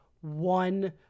one